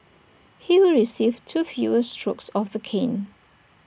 he will receive two fewer strokes of the cane